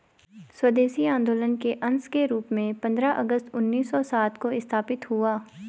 स्वदेशी आंदोलन के अंश के रूप में पंद्रह अगस्त उन्नीस सौ सात को स्थापित हुआ